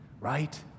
right